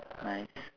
nice